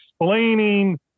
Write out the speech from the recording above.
explaining